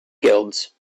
guilds